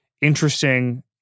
interesting